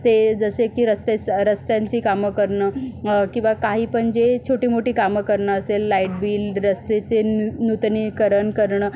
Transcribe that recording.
ते जसे की रस्ते रस्त्यांची काम करणं किंवा काही पण जे छोटी मोठी कामं करणं असेल लाईट बिल रस्त्याचे नूतनीकरण करणं